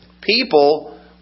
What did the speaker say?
people